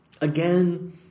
Again